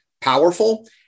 powerful